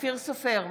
אופיר סופר,